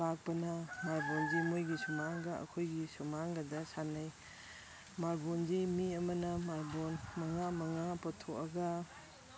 ꯄꯥꯛꯄꯅ ꯃꯥꯔꯕꯣꯜꯁꯤ ꯃꯣꯏꯒꯤ ꯁꯨꯃꯥꯡꯒ ꯑꯩꯈꯣꯏꯒꯤ ꯁꯨꯃꯥꯡꯒꯗ ꯁꯥꯟꯅꯩ ꯃꯥꯔꯕꯣꯜꯁꯤ ꯃꯤ ꯑꯃꯅ ꯃꯥꯔꯕꯣꯜ ꯃꯉꯥ ꯃꯉꯥ ꯄꯨꯊꯣꯛꯑꯒ